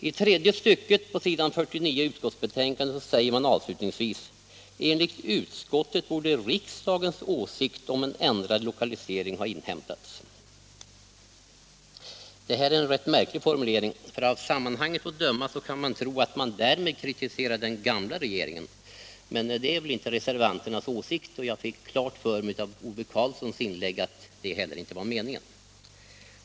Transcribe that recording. I tredje stycket s. 49 i utskottets betänkande säger reservanterna avslutningsvis: ”Enligt utskottet borde riksdagens åsikt om en ändrad lokalisering ha inhämtats.” Detta är en rätt märklig formulering, för av sammanhanget får man intrycket att reservanterna därmed kritiserar den gamla regeringen. Men det var väl inte deras åsikt. Jag fick f. ö. klart för mig av Ove Karlssons inlägg att det inte heller var meningen.